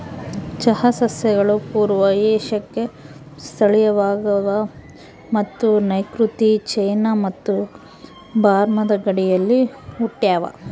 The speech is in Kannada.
ಚಹಾ ಸಸ್ಯಗಳು ಪೂರ್ವ ಏಷ್ಯಾಕ್ಕೆ ಸ್ಥಳೀಯವಾಗವ ಮತ್ತು ನೈಋತ್ಯ ಚೀನಾ ಮತ್ತು ಬರ್ಮಾದ ಗಡಿಯಲ್ಲಿ ಹುಟ್ಟ್ಯಾವ